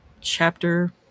chapter